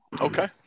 Okay